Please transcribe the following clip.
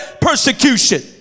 persecution